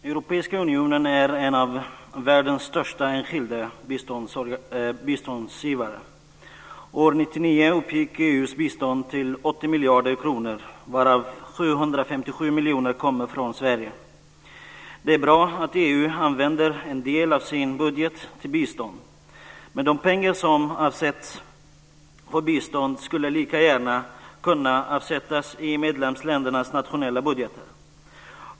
Herr talman! Europeiska unionen är en av världens största enskilda biståndsgivare. År 1999 uppgick EU:s bistånd till 80 miljarder kronor, varav 757 miljoner kom från Sverige. Det är bra att EU använder en del av sin budget till bistånd. Men de pengar som avsätts för bistånd skulle lika gärna kunna avsättas i medlemsländernas nationella budgetar.